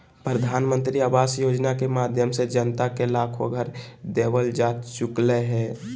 प्रधानमंत्री आवास योजना के माध्यम से जनता के लाखो घर देवल जा चुकलय हें